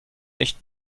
echt